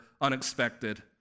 unexpected